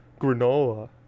granola